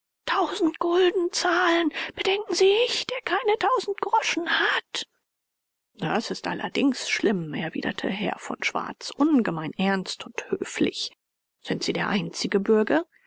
tausend gulden zahlen bedenken sie ich der keine tausend groschen hat das ist allerdings schlimm erwiderte herr von schwarz ungemein ernst und höflich sind sie einziger bürge